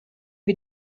wir